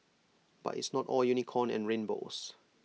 but it's not all unicorn and rainbows